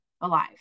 alive